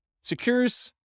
secures